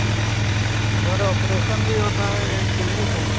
के उधर ऑपरेसन भी होता है किलनिक है